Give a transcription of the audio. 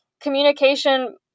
communication